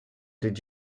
did